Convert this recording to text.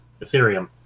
Ethereum